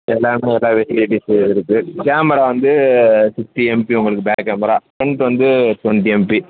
எல்லாமே எல்லா ஃபெசிலிட்டீஸும் இருக்குது கேமரா வந்து சிக்ஸ்ட்டி எம்பி உங்களுக்கு பேக் கேமரா ஃப்ரண்ட் வந்து ட்வெண்ட்டி எம்பி